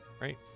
Right